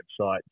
website